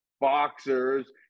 boxers